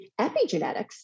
epigenetics